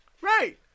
Right